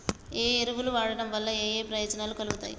ఏ ఎరువులు వాడటం వల్ల ఏయే ప్రయోజనాలు కలుగుతయి?